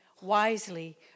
wisely